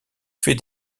fait